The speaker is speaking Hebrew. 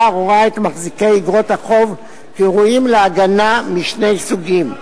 הרואה את מחזיקי איגרות החוב כראויים להגנה משני סוגים: